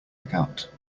account